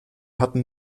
hatten